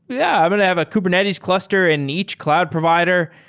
yeah, i'm going to have a kubernetes cluster in each cloud provider,